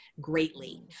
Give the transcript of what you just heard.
greatly